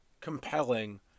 compelling